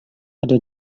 ada